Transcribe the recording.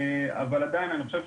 אבל אני חושב,